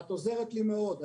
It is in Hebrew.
את עוזרת לי מאוד.